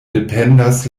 dependas